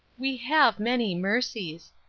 we have many mercies,